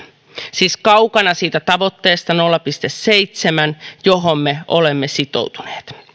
siis kaukana siitä tavoitteesta nolla pilkku seitsemän johon me olemme sitoutuneet